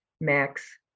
Max